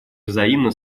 взаимно